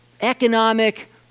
economic